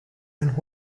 and